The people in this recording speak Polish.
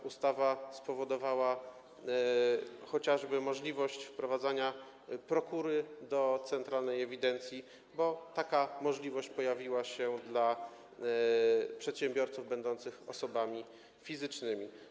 W ustawie przewidziano również chociażby możliwość wprowadzania prokury do centralnej ewidencji - taka możliwość pojawiła się dla przedsiębiorców będących osobami fizycznymi.